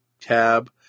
tab